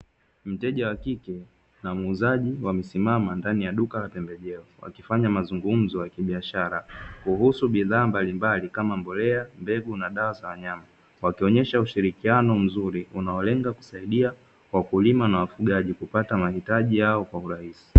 Wateja wa kike na muuzaji wa msimamo ndani ya duka la pembejeo wakifanya mazungumzo ya kibiashara kuhusu bidhaa mbalimbali kama mbolea mbegu na dawa za nyama wakionyesha ushirikiano mzuri unaolenga kusaidia kwa wakulima na wafugaji kupata mahitaji yao kwa urahisi.